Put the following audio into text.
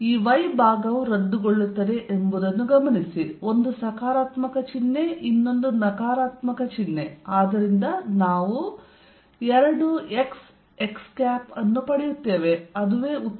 ಈ y ಭಾಗವು ರದ್ದುಗೊಳ್ಳುತ್ತದೆ ಎಂಬುದನ್ನು ಗಮನಿಸಿ ಒಂದು ಸಕಾರಾತ್ಮಕ ಚಿಹ್ನೆ ಮತ್ತು ಇನ್ನೊಂದು ನಕಾರಾತ್ಮಕ ಚಿಹ್ನೆ ಆದ್ದರಿಂದ ನಾವು 2xx ಅನ್ನು ಪಡೆಯುತ್ತೇವೆ ಅದು ಉತ್ತರ